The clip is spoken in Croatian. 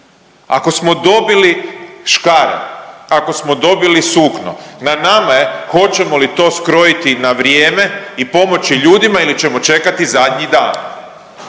Ako smo dobili škare, ako smo dobili sukno na nama je hoćemo li to skrojiti na vrijeme i pomoći ljudima ili ćemo čekati zadnji dan,